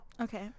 Okay